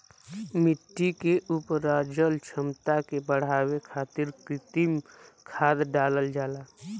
मट्टी के उपराजल क्षमता के बढ़ावे खातिर कृत्रिम खाद डालल जाला